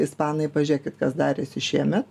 ispanai pažiūrėkit kas darėsi šiemet